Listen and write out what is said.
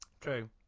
True